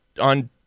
on